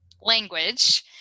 language